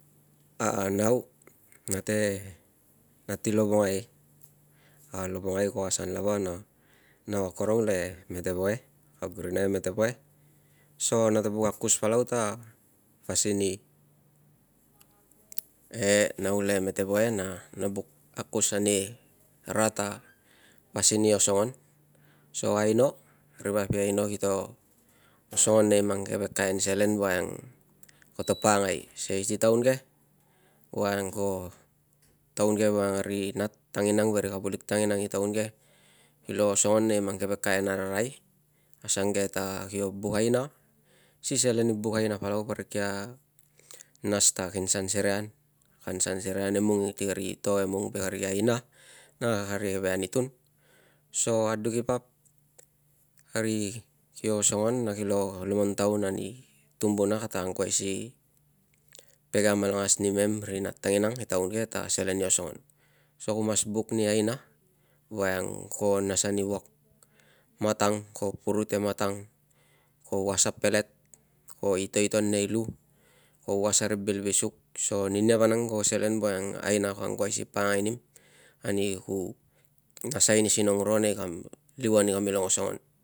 A nau nate nat i lovongai a lovongai ko asan lava. Na nau akorong le metevoa, kag rina e metevoa so nate buk akus palu ta pasin i e nau le metevoa. Na no buk akus anira ta pasin i osongon so aino ri vap i aono kito osongon nei mang keve kain selen voiang koto pakangai sei si taun ke voiang ko taun ke voiang ri nat tanginang ve ri kavulik tanginang i taun ke voiang kilo osongon nei mang keve taun ararai asange ta kio buk aina si selen i buk aina palau parik kia nas ta kian sa serei an emung ve ka ri ke aina na kari ke anutun so aduk ivap ri kio sosongon na kilo lomon taun ani tumbuna kata angkuai si pege amalangas nimem ri nat tanginang i taun ke ta selen i osongon so ku mas buk ni aina voiang ko nas ani vuak matang, ko was a pelet, ko itoiton nei lu, ko was a ri bil visuk so ninia vanang ko selen voiang aina ki angkuai si pakangai anim ani ku nasal ani sinong ro nei liuan i kamilong osongon